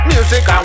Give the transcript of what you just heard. Music